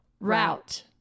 Route